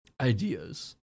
Ideas